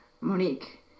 Monique